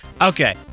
Okay